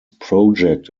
project